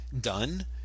done